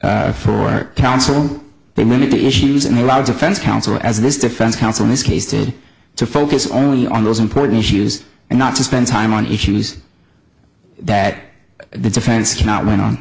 bait for counsel they limit the issues and allowed defense counsel as this defense counsel in this case did to focus only on those important issues and not to spend time on issues that the defense cannot win on